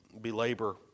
belabor